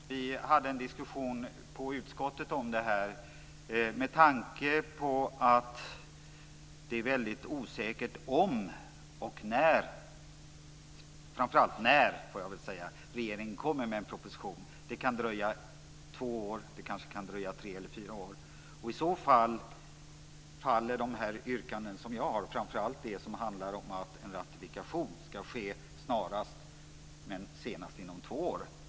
Fru talman! Vi hade en diskussion i utskottet om det här. Det är ju väldigt osäkert om, eller åtminstone när, regeringen kommer med en proposition. Det kan dröja två år men kanske också tre eller fyra. I så fall faller de yrkanden som jag har, framför allt det som handlar om att en ratificering ska ske snarast men senast inom två år.